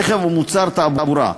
רכב או מוצר תעבורה.